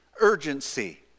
urgency